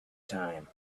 time